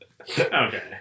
Okay